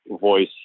voice